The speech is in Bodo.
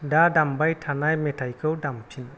दा दामबाय थानाय मेथाइखौ दामफिन